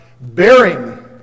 bearing